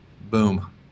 Boom